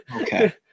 okay